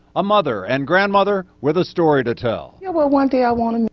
a mother and grandmother with a story to tell yeah will one day i want and